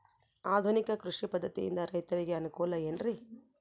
ಆಧುನಿಕ ಕೃಷಿ ಪದ್ಧತಿಯಿಂದ ರೈತರಿಗೆ ಅನುಕೂಲ ಏನ್ರಿ?